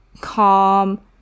calm